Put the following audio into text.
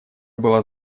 было